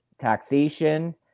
taxation